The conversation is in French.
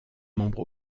membre